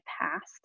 past